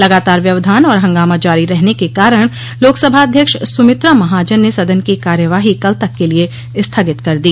लगातार व्यवधान और हंगामा जारी रहने के कारण लोकसभा अध्यक्ष सुमित्रा महाजन ने सदन की कार्यवाही कल तक के लिए स्थगित कर दी